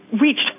reached